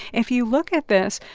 if you look at this,